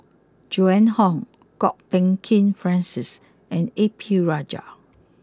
Joan Hon Kwok Peng Kin Francis and A P Rajah